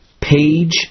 page